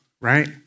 right